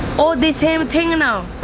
oh, the same thing now.